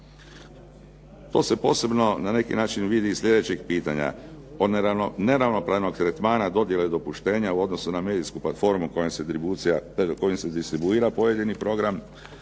To se posebno na neki način vidi iz slijedećih pitanja, po neravnopravnog tretmana dodjele dopuštenja u odnosu na medijsku platformu kojom se distribuira pojedini program